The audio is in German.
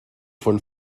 von